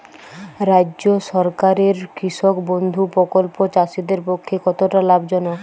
রাজ্য সরকারের কৃষক বন্ধু প্রকল্প চাষীদের পক্ষে কতটা লাভজনক?